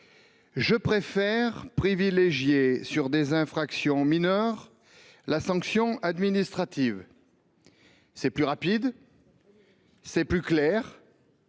Je préfère privilégier, sur des infractions mineures, la sanction administrative, c’est plus rapide, c’est plus clair.